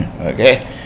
okay